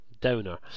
downer